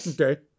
Okay